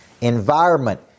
Environment